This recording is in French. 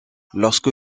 lorsque